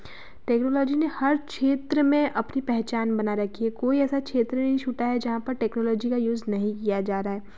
technology में हर क्षेत्र में अपनी पहचान बना रखी है कोई ऐसा क्षेत्र नहीं छूटा है जहाँ पर टेक्नोलॉजी का यूज़ नहीं किया जा रहा है